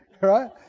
Right